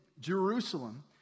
Jerusalem